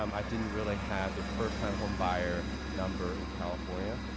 um i didn't really have the first-time home buyer number in california.